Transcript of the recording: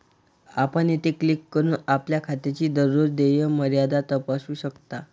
आपण येथे क्लिक करून आपल्या खात्याची दररोज देय मर्यादा तपासू शकता